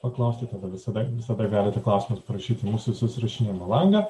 paklausti tada visada visada galite klausimas prašyti į mūsų susirašinėjimo langą